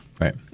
Right